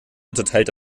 unterteilt